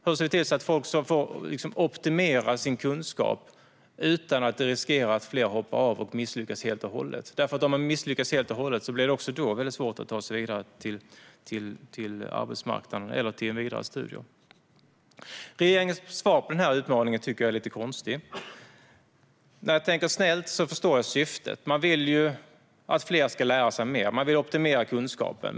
Hur vi ser till att folk får optimera sina kunskaper utan att riskera att fler hoppar av och misslyckas helt och hållet? Om man misslyckas helt och hållet blir det också svårt att ta sig vidare till arbetsmarknaden eller vidare studier. Regeringens svar på utmaningen är lite konstigt. När jag tänker snällt förstår jag syftet. Man vill att fler ska lära sig mer. Man vill optimera kunskapen.